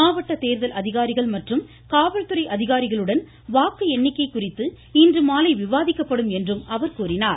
மாவட்ட தேர்தல் அதிகாரிகள் மற்றும் காவல்துறை அதிகாரிகளுடன் வாக்கு எண்ணிக்கை குறித்து இன்றுமாலை விவாதிக்கப்படும் என்றும் அவர் கூறினார்